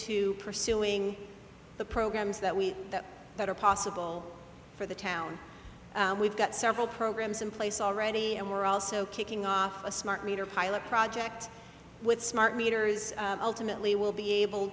to pursuing the programs that we that are possible for the town we've got several programs in place already and we're also kicking off a smart meter pilot project with smart meter is ultimately will be able